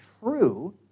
true